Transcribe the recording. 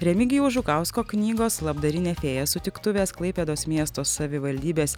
remigijaus žukausko knygos labdarinė fėja sutiktuvės klaipėdos miesto savivaldybės